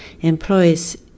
employs